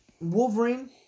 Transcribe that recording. Wolverine